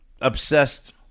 obsessed